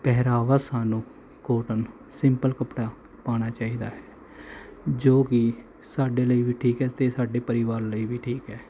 ਪਹਿਰਾਵਾ ਸਾਨੂੰ cotton simple ਕੱਪੜਾ ਪਾਉਣਾ ਚਾਹੀਦਾ ਹੈ ਜੋ ਕਿ ਸਾਡੇ ਲਈ ਵੀ ਠੀਕ ਹੈ ਅਤੇ ਸਾਡੇ ਪਰਿਵਾਰ ਲਈ ਵੀ ਠੀਕ ਹੈ